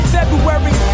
February